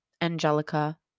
Angelica